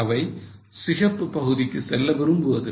அவை சிகப்பு பகுதிக்கு செல்ல விரும்புவதில்லை